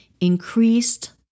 increased